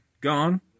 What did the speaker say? Gone